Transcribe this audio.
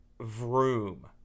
Vroom